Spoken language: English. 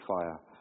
fire